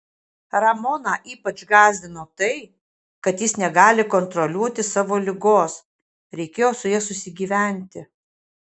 ramoną ypač gąsdino tai kad jis negali kontroliuoti savo ligos reikėjo su ja susigyventi